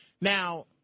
Now